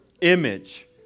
image